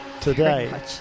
today